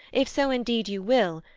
if so indeed you will,